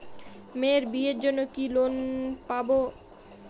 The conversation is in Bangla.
মেয়ের বিয়ের জন্য কি কোন লোন পাব?